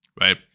right